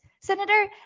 senator